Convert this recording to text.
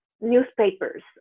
newspapers